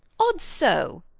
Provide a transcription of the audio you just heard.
ods so!